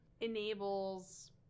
enables